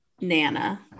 Nana